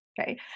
okay